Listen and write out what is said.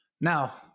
Now